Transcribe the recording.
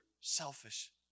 selfish